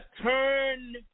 turn